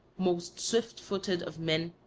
most swift-footed of men,